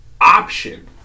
option